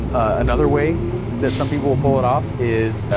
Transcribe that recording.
um another way that some people will pull it off, is,